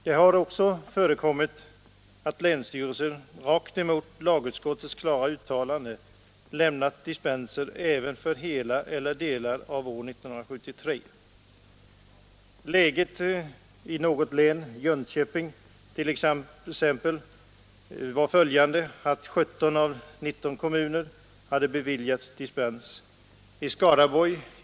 Det har också förekommit att länsstyrelser, rakt emot tredje lagutskottets klara uttalande, lämnat dispenser även för hela eller delar av år 1973. Läget i t.ex. Jönköpings län var att 17 av 19 kommuner hade beviljats dispens.